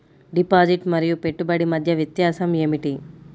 Deposit మరియు పెట్టుబడి మధ్య వ్యత్యాసం ఏమిటీ?